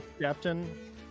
Captain